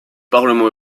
parlement